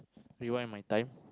rewind my time